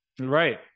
Right